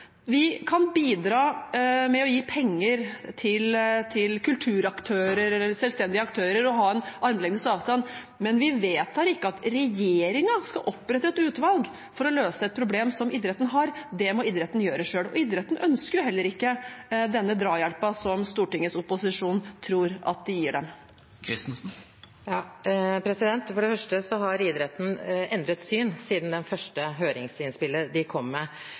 Vi kan bidra med å gi penger til kulturaktører eller selvstendige aktører og ha en armlengdes avstand, men vi vedtar ikke at regjeringen skal opprette et utvalg for å løse et problem som idretten har. Det må idretten gjøre selv, og idretten ønsker jo heller ikke denne drahjelpen som Stortingets opposisjon tror at de gir dem. For det første har idretten endret syn siden det første høringsinnspillet de kom med,